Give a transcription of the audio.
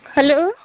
hello